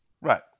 Right